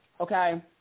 okay